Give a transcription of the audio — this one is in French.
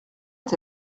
est